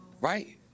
right